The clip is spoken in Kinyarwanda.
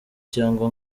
cyangwa